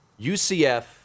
UCF